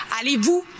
Allez-vous